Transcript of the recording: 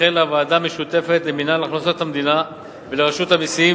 החלה ועדה משותפת למינהל הכנסות המדינה ולרשות המסים